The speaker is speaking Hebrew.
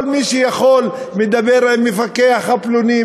כל מי שיכול מדבר עם מפקח פלוני,